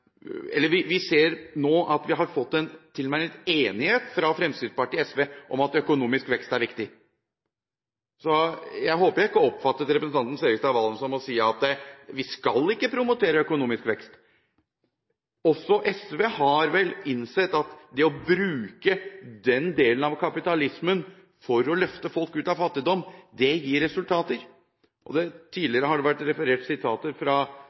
økonomisk vekst er viktig. Så jeg håper ikke representanten Serigstad Valen mente at vi ikke skal promotere økonomisk vekst. Også SV har vel innsett at det å bruke den delen av kapitalismen for å løfte folk ut av fattigdom gir resultater. Tidligere har det vært referert sitater fra